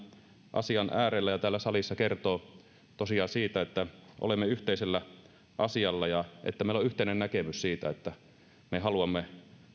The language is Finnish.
asian äärellä ja täällä salissa kertoo tosiaan siitä että olemme yhteisellä asialla ja että meillä on yhteinen näkemys siitä että me haluamme